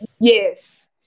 Yes